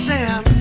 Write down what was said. Sam